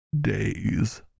days